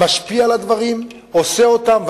משקיע בדברים, עושה אותם.